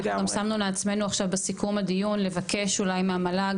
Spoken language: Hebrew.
שמנו לעצמנו בסיכום הדיון לבקש אולי מהמועצה